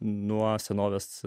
nuo senovės